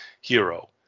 hero